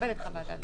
לקבל את חוות דעתו.